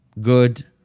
good